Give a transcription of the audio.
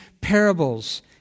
parables